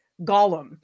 Gollum